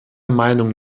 meinung